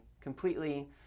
completely